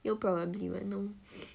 leo probably will know